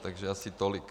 Takže asi tolik.